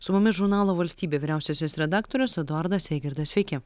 su mumis žurnalo valstybė vyriausiasis redaktorius eduardas eigirdas sveiki